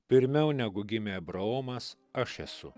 pirmiau negu gimė abraomas aš esu